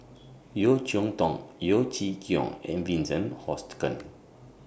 Yeo Cheow Tong Yeo Chee Kiong and Vincent Hoisington